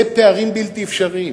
אלה פערים בלתי אפשריים.